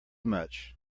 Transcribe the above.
much